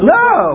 no